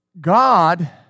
God